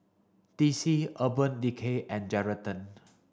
D C Urban Decay and Geraldton